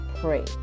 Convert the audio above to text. pray